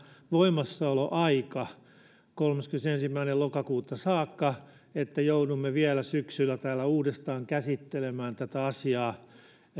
voimassaoloaikaa kolmaskymmenesensimmäinen lokakuuta saakka että joudumme vielä syksyllä täällä uudestaan käsittelemään tätä asiaa